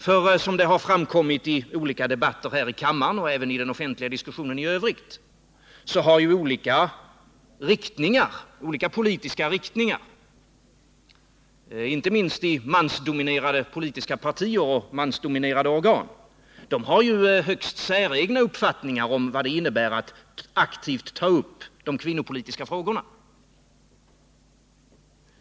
Såsom har framkommit under debatterna här i kammaren och även i den offentliga diskussionen i övrigt har olika politiska riktningar, inte minst mansdominerade politiska partier och organ, högst säregna uppfattningar om vad det innebär att aktivt ta upp de kvinnopolitiska frågorna.